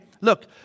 Look